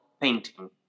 painting